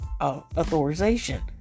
authorization